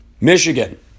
Michigan